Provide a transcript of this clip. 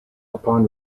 upon